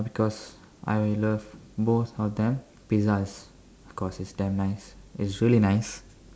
because I love both of them pizzas of course is damn nice it's really nice